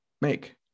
make